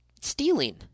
stealing